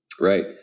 Right